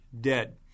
dead